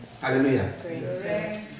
Hallelujah